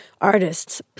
artists